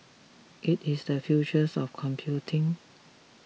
it is the futures of computing